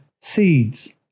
seeds